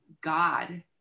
God